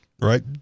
right